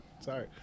Sorry